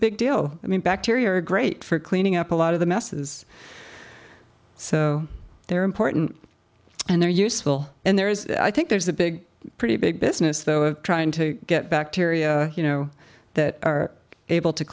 big deal i mean bacteria are great for cleaning up a lot of the messes so they're important and they're useful and there is i think there's a big pretty big business though of trying to get bacteria you know that are able to